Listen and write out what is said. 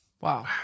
wow